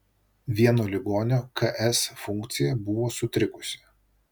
vieno ligonio ks funkcija buvo sutrikusi